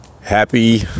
happy